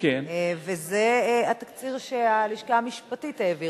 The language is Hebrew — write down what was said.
וזה התקציר שהלשכה המשפטית העבירה.